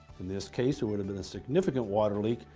in this case, it would have been a significant water leak.